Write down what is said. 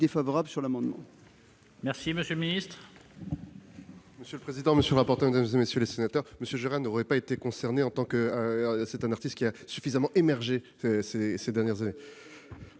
défavorable sur l'amendement